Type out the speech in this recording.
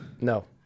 No